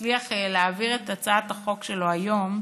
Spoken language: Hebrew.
שהצליח להעביר את הצעת החוק שלו היום,